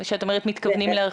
את אומרת מתכוונים להרחיב.